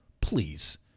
please